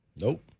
Nope